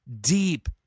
deep